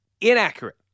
inaccurate